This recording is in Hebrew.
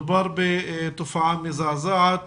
מדובר בתופעה מזדעזעת